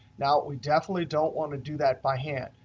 now, we definitely don't want to do that by hand,